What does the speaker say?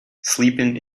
sleeping